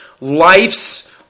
life's